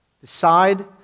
Decide